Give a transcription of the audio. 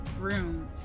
room